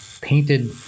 painted